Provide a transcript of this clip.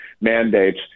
mandates